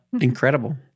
incredible